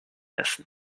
essen